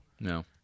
No